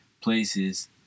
places